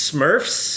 Smurfs